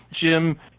Jim